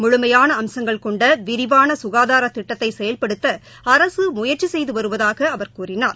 முழுமையான அம்சங்கள் கொண்டவிரிவானசுகாதாரதிட்டத்தைசெயல்படுத்தஅரசுமுயற்சிசெய்துவருவதாகஅவர் கூறினார்